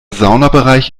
saunabereich